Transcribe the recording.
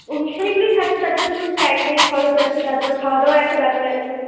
অনুষ্ঠানে এগুলোই থাকছে তাছাড়া ধরুন প্যান্ডেল খরচ আছে তারপরে খাওয়া দাওয়ার খাওয়া দাওয়ার একটা ব্যাপার আছে